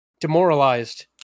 demoralized